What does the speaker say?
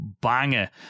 banger